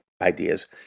ideas